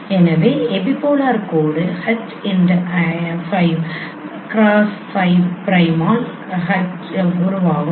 எனவே எபிபோலார் கோடு H x 5 cross x 5 பிரைமால் உருவாகும்